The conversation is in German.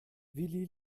willi